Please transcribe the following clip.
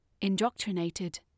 indoctrinated